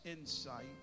insight